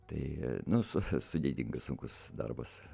tai nu su sudėtingas sunkus darbas